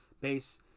base